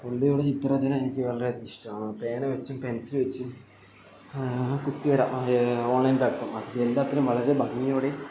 പുള്ളിയുടെ ചിത്രരചന എനിക്ക് വളരെയ അധികം ഇഷടമാണ് പേന വച്ചും പെൻസിൽ വച്ചും കുത്തി വര ഓൺലൈൻ പ്ലാറ്റ്ഫോം അത് എല്ലാത്തിനും വളരെ ഭംഗിയോടെയും